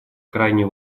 крайне